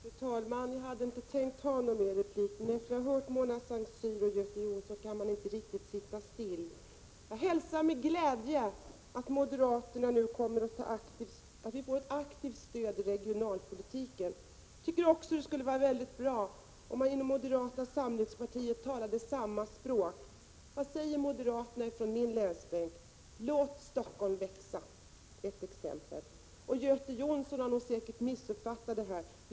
Fru talman! Jag hade inte tänkt begära någon ytterligare replik, men efter att ha hört Mona Saint Cyr och Göte Jonsson kan jag inte sitta still. Jag hälsar med glädje att vi nu kommer att få ett aktivt stöd från moderaterna i regionalpolitiken. Jag tycker också att det skulle vara mycket bra, om man överallt inom moderata samlingspartiet talade samma språk. Vad säger t.ex. moderaterna på min länsbänk? Jo: Låt Stockholm växa! Göte Jonsson har säkerligen missuppfattat den här saken.